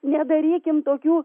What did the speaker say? nedarykim tokių